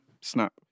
Snap